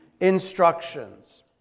instructions